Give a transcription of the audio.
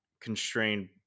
constrained